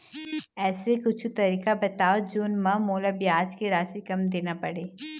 ऐसे कुछू तरीका बताव जोन म मोला ब्याज के राशि कम देना पड़े?